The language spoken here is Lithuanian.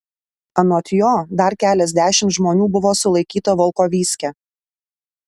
anot jo dar keliasdešimt žmonių buvo sulaikyta volkovyske